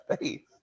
faith